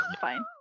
Fine